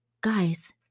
Guys